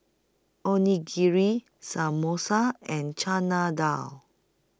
Onigiri Samosa and Chana Dal